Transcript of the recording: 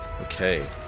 Okay